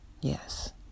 Yes